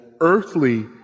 earthly